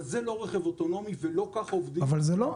אבל זה לא רכב אוטונומי, ולא ככה עובדים איתו.